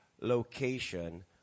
location